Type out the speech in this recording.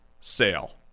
sale